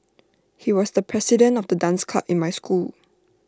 he was the president of the dance club in my school